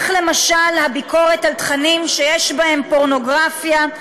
למשל הביקורת על תכנים שיש בהם פורנוגרפיה,